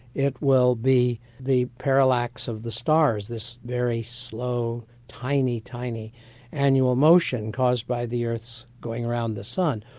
it will be the parallax of the stars, this very slow, tiny, tiny annual motion caused by the earth's going around the sun.